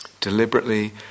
Deliberately